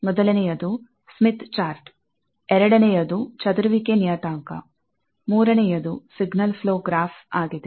ಮೊದಲನೆಯದು Smith chart ಎರಡನೆಯದು ಚದುರುವಿಕೆ ನಿಯತಾಂಕ ಮೂರನೆಯದು ಸಿಗ್ನಲ್ ಪ್ಲೋ ಗ್ರಾಫ್ ಆಗಿದೆ